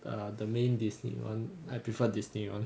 err the main disney one I prefer disney [one]